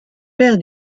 père